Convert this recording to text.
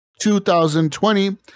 2020